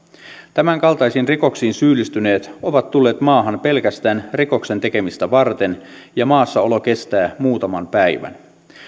tämänkaltaisiin rikoksiin syyllistyneet ovat tulleet maahan pelkästään rikoksen tekemistä varten ja maassaolo kestää muutaman päivän